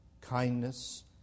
kindness